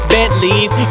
Bentleys